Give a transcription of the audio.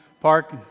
Park